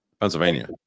Pennsylvania